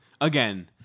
Again